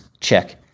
check